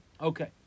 Okay